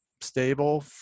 stable